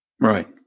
Right